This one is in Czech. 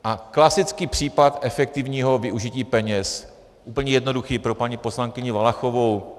A klasický případ efektivního využití peněz, úplně jednoduchý pro paní poslankyni Valachovou.